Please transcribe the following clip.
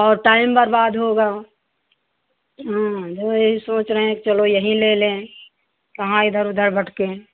और टाइम बर्बाद होगा हाँ यही सोच रहे हैं चलो यहीं ले लें कहाँ इधर उधर भटकें